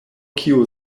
kio